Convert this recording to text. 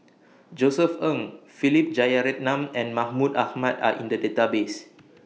Josef Ng Philip Jeyaretnam and Mahmud Ahmad Are in The Database